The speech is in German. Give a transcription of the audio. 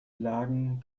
lagen